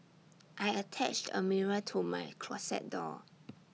I attached A mirror to my closet door